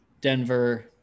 Denver